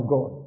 God